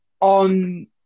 on